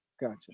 gotcha